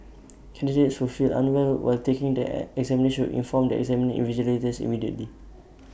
candidates who feel unwell while taking the examinations inform the examination invigilators immediately